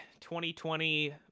2020